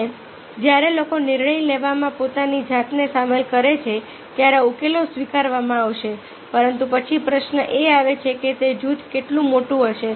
અને જ્યારે લોકો નિર્ણય લેવામાં પોતાની જાતને સામેલ કરે છે ત્યારે ઉકેલો સ્વીકારવામાં આવશે પરંતુ પછી પ્રશ્ન એ આવે છે કે તે જૂથ કેટલું મોટું હશે